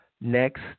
Next